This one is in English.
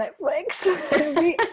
netflix